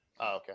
Okay